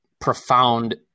profound